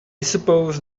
suppose